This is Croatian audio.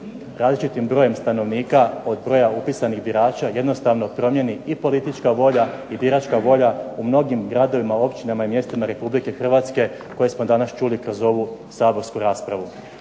različitim brojem stanovnika od broja upisanih birača jednostavno promijeni i politička volja i biračka volja u mnogim gradovima, općinama i mjestima Republike Hrvatske koje smo danas čuli kroz ovu saborsku raspravu.